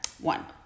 One